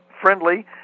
friendly